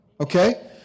Okay